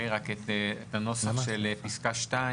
רק את הנוסח של פסקה 2,